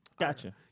Gotcha